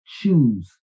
choose